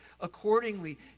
accordingly